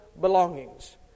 Belongings